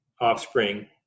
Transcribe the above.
offspring